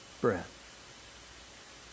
breath